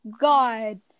God